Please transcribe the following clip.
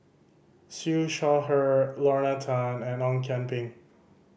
Siew Shaw Her Lorna Tan and Ong Kian Peng